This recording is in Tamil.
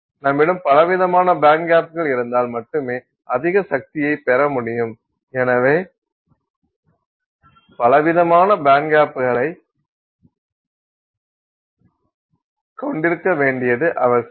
நம்மிடம் பலவிதமான பேண்ட்கேப்கள் இருந்தால் மட்டுமே அதிக சக்தியைப்பெற முடியும் எனவே பலவிதமான பேண்ட்கேப்களைக் கொண்டிருக்க வேண்டியது அவசியம்